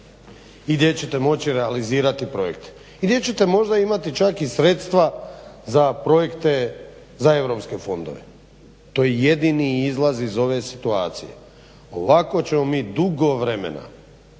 i gdje ćete moći realizirati projekte i gdje ćete možda čak imati sredstva za projekte za EU fondove. To je jedni izlaz iz ove situacije. Ovako ćemo mi dugo vremena